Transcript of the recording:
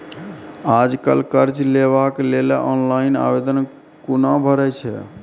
आज कल कर्ज लेवाक लेल ऑनलाइन आवेदन कूना भरै छै?